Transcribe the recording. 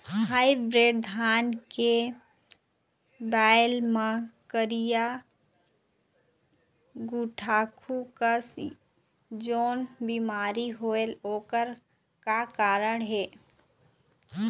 Hybrid धान के बायेल मां करिया गुड़ाखू कस जोन बीमारी होएल ओकर का कारण हे?